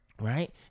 right